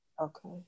Okay